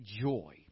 joy